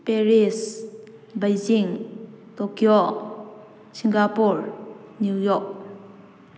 Paris Beijing Tokyo Singapore New York